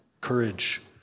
Courage